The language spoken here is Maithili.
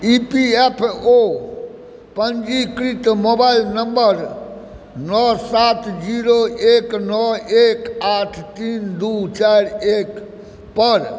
इ पी एफ ओ पञ्जीकृत मोबाइल नम्बर नओ सात जीरो एक नओ एक आठ तीन दू चारि एक पर